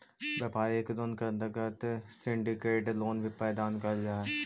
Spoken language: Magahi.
व्यापारिक ऋण के अंतर्गत सिंडिकेट लोन भी प्रदान कैल जा हई